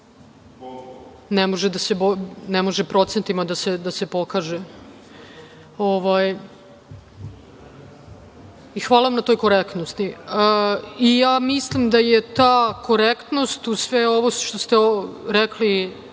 ne može procentima da se pokaže. Hvala vam na toj korektnosti. Mislim da je ta korektnost, uz sve ovo što ste rekli